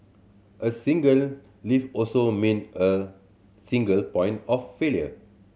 a single lift also mean a single point of failure